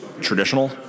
traditional